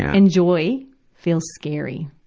enjoy feels scary.